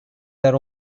that